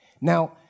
Now